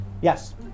Yes